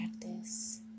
practice